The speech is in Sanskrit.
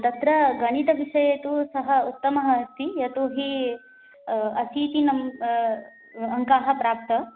तत्र गणितविषये तु सः उत्तमः अस्ति यतोऽहि अशीतिः अङ्काः प्राप्ताः